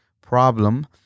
problem